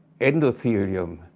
endothelium